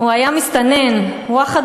היה מסתנן או לא?